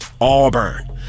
Auburn